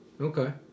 Okay